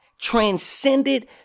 transcended